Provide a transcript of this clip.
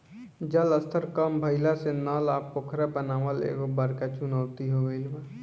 जल स्तर कम भइला से नल आ पोखरा बनावल एगो बड़का चुनौती हो गइल बा